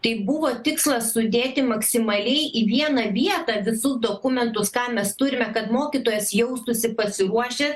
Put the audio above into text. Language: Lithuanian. tai buvo tikslas sudėti maksimaliai į vieną vietą visus dokumentus ką mes turime kad mokytojas jaustųsi pasiruošęs